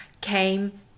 came